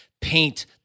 paint